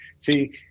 see